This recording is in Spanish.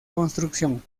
construcción